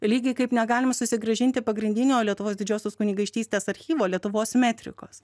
lygiai kaip negalim susigrąžinti pagrindinio lietuvos didžiosios kunigaikštystės archyvo lietuvos metrikos